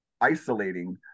isolating